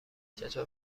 چطور